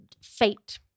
Fate